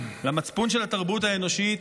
למצפון של התרבות האנושית,